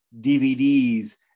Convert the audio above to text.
DVDs